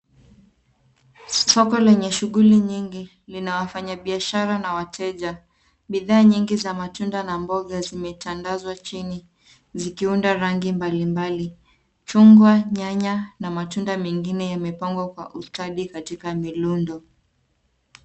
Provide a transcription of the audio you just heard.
Soko lenye shughuli nyingi lina wafanya biarasha na wateja. Bidhaa nyingi za matunda na mboga zimetandazwa chini, zikiunda rangi mbalimbali: chungwa, nyanya na matunda mengine yamepangwa kwa ustadi katika milundo.